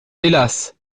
hélas